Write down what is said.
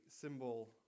symbol